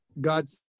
God's